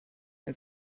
ein